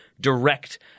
direct